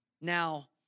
now